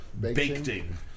Baking